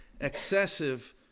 excessive